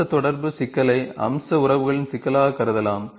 அம்ச தொடர்பு சிக்கலை அம்ச உறவுகளின் சிக்கலாகக் கருதலாம்